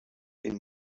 been